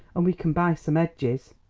and we can buy some edges.